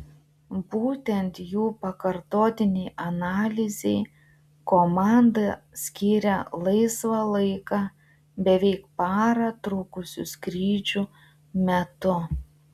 būtent jų pakartotinei analizei komanda skyrė laisvą laiką beveik parą trukusių skrydžių metu